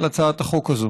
על הצעת החוק הזאת.